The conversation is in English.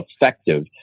effective